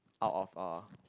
out of a